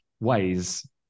ways